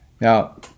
Now